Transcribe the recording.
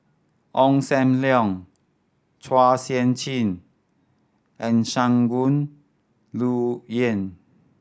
Ong Sam Leong Chua Sian Chin and Shangguan Liuyun